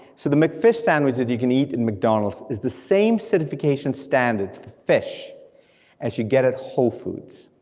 so the mcfish sandwich that you can eat in mcdonald's is the same certification standards for fish as you get at whole foods.